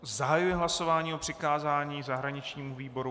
Zahajuji hlasování o přikázání zahraničnímu výboru.